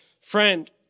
friend